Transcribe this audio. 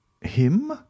Him